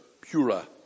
Pura